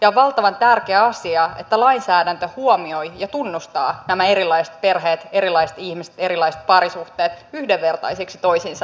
ja on valtavan tärkeä asia että lainsäädäntö huomioi ja tunnustaa nämä erilaiset perheet erilaiset ihmiset erilaiset parisuhteet yhdenvertaisiksi toisiinsa nähden